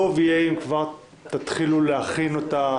טוב יהיה אם כבר תתחילו להכין אותה,